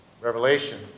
Revelation